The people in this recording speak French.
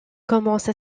commence